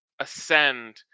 ascend